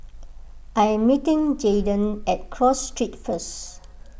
I am meeting Jaden at Cross Street first